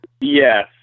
Yes